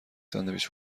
ساندویچ